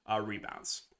rebounds